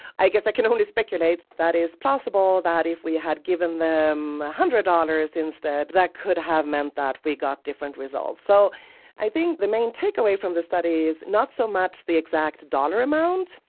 i guess i can only speculate that it's possible that if we had given them a hundred dollars instead, that could have meant that we got different results. so i think the main takeaway from this study is not so much the exact dollar amount,